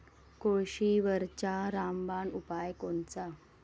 कोळशीवरचा रामबान उपाव कोनचा?